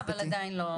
יש כוונה אבל עדיין לא.